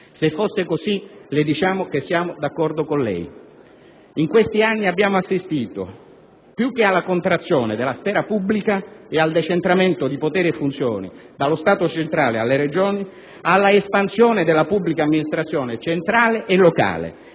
Se fosse così, le diciamo che siamo d'accordo con lei. In questi anni abbiamo assistito, più che alla contrazione della sfera pubblica e al decentramento di poteri e funzioni dallo Stato centrale alle Regioni, all'espansione della pubblica amministrazione centrale e locale,